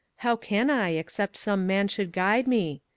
how can i, except some man should guide me?